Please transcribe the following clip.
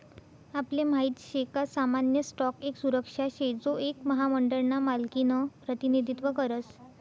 आपले माहित शे का सामान्य स्टॉक एक सुरक्षा शे जो एक महामंडळ ना मालकिनं प्रतिनिधित्व करस